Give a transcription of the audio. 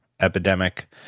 epidemic